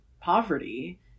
poverty